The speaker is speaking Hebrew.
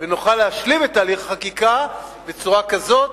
ונוכל להשלים את תהליך החקיקה בצורה כזאת,